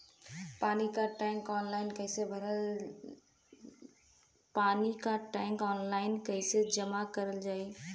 पानी क tax online कईसे जमा कईल जाला?